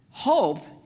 Hope